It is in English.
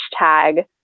hashtag